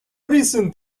recent